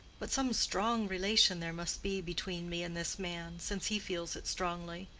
but some strong relation there must be between me and this man, since he feels it strongly.